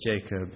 Jacob